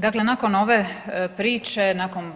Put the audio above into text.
Dakle, nakon ove priče, nakon